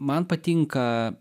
man patinka